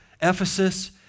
Ephesus